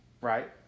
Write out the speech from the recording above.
right